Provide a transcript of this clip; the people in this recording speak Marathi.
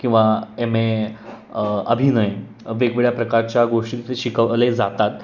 किंवा एम ए अभिनय वेगवेगळ्या प्रकारच्या गोष्टी तिथे शिकवले जातात